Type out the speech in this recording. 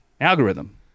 algorithm